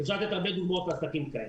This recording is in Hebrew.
אפשר לתת הרבה דוגמאות לעסקים כאלה.